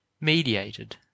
mediated